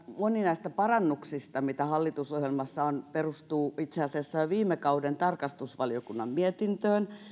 moni näistä parannuksista mitä hallitusohjelmassa on perustuu itse asiassa jo viime kauden tarkastusvaliokunnan mietintöön